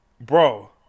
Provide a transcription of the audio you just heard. bro